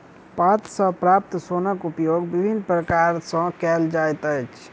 पात सॅ प्राप्त सोनक उपयोग विभिन्न प्रकार सॅ कयल जाइत अछि